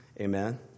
Amen